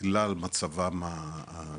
בגלל מצבם הגופני,